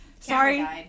sorry